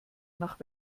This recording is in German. nach